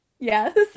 Yes